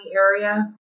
area